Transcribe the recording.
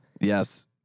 Yes